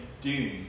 Doom